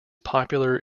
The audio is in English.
popular